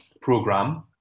program